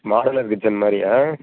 modular kitchen மாதிரி ஆ